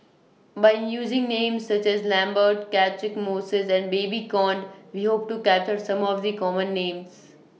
By using Names such as Lambert Catchick Moses and Babes Conde We Hope to capture Some of The Common Names